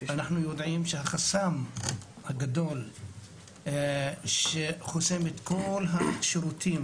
אנחנו יודעים שהחסם הגדול שחוסם את כל השירותים